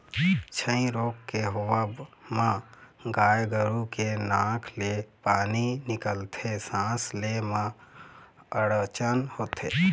छई रोग के होवब म गाय गरु के नाक ले पानी निकलथे, सांस ले म अड़चन होथे